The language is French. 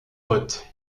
pote